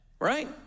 Right